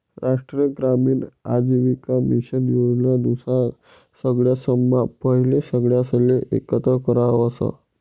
राष्ट्रीय ग्रामीण आजीविका मिशन योजना नुसार सगळासम्हा पहिले सगळासले एकत्र करावस